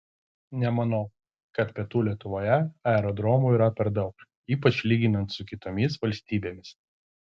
nemanau kad pietų lietuvoje aerodromų yra per daug ypač lyginant su kitomis valstybėmis